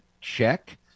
Check